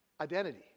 identity